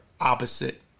opposite